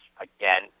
again